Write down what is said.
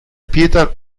pietra